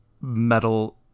metal